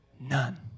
None